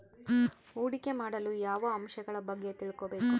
ಹೂಡಿಕೆ ಮಾಡಲು ಯಾವ ಅಂಶಗಳ ಬಗ್ಗೆ ತಿಳ್ಕೊಬೇಕು?